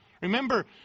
Remember